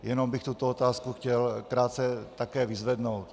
Jenom bych tuto otázku chtěl krátce také vyzvednout.